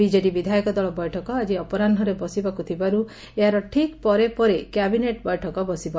BJD ବିଧାୟକ ଦଳ ବୈଠକ ଆକି ଅପରାହ୍ନରେ ବସିବାକୁ ଥିବାରୁ ଏହାର ଠିକ୍ ପରେ ପରେ କ୍ୟାବିନେଟ୍ ବୈଠକ ବସିବ